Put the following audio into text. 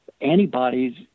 antibodies